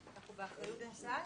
אבקש לקבל אותו עכשיו.